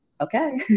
okay